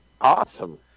Awesome